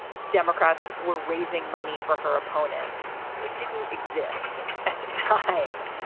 democrats were raising money for her opponent who didn't exist at the time.